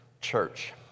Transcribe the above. church